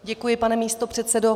Děkuji, pane místopředsedo.